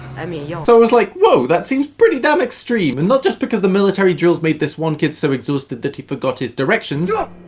i mean you know so was like, woah! that seems pretty damn extreme, and not just because the military drills made this one kid so exhausted that he forgot his directions, but